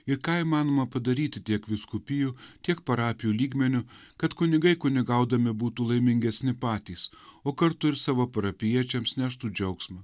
ir ką įmanoma padaryti tiek vyskupijų tiek parapijų lygmeniu kad kunigai kunigaudami būtų laimingesni patys o kartu ir savo parapijiečiams neštų džiaugsmą